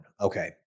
Okay